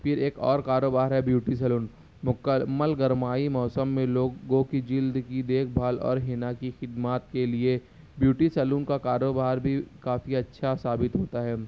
پھر ایک اور کاروبار ہے بیوٹی سیلون مکمل گرمائی موسم میں لوگوں کی جلد کی دیکھ بھال اور حنا کی خدمات کے لیے بیوٹی سیلون کا کاروبار بھی کافی اچھا ثابت ہوتا ہے